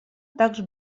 также